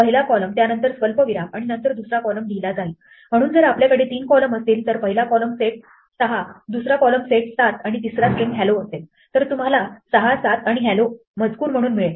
पहिला कॉलम त्यानंतर स्वल्पविराम आणि नंतर दुसरा कॉलम लिहिला जाईल म्हणून जर आपल्याकडे तीन कॉलम असतील तर पहिला कॉलम सेट 6 दुसरा कॉलम सेट 7 आणि तिसरा स्ट्रिंग हॅलो असेल तर तुम्हाला 6 7 आणि हॅलो मजकूर म्हणून मिळेल